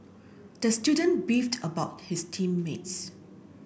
the student beefed about his team mates